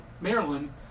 Maryland